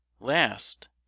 last